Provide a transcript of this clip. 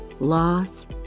loss